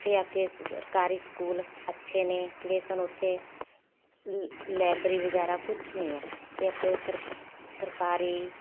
ਅਤੇ ਅੱਗੇ ਸਰਕਾਰੀ ਸਕੂਲ ਅੱਛੇ ਨੇ ਲੇਕਿਨ ਉੱਥੇ ਲਾਇਬ੍ਰੇਰੀ ਵਗੈਰਾ ਕੁਛ ਨਹੀਂ ਹੈ ਅਤੇ ਆਪਣੇ ਸਰ ਸਰਕਾਰੀ